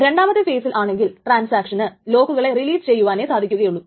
രണ്ടാമത്തെ ഫെയിസിൽ ആണെങ്കിൽ ട്രാൻസാക്ഷന് ലോക്കുകളെ റിലീസ് ചെയ്യുവാനെ സാധികുകയുള്ളു